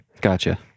Gotcha